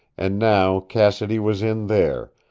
and now cassidy was in there,